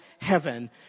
heaven